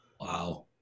Wow